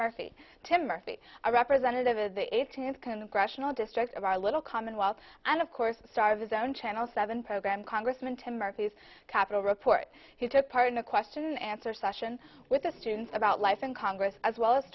murphy tim murphy a representative of the eighteenth congressional district of our little commonwealth and of course star of his own channel seven program congressman tim murphy of capital report who took part in a question and answer session with the students about life in congress as well as